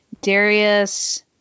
Darius